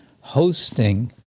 hosting